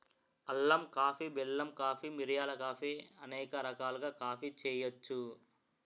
అల్లం కాఫీ బెల్లం కాఫీ మిరియాల కాఫీ అనేక రకాలుగా కాఫీ చేయొచ్చు